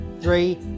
three